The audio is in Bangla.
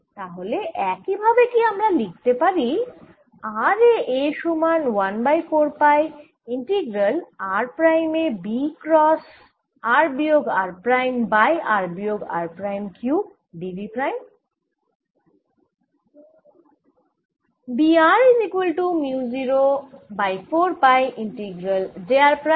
তাহলে একই ভাবে কি আমরা লিখতে পারি r এ A সমান 1 বাই 4 পাই ইন্টিগ্রাল r প্রাইমে B ক্রস r বিয়োগ r প্রাইম বাই r বিয়োগ r prime cube d v prime